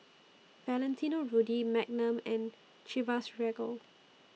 Valentino Rudy Magnum and Chivas Regal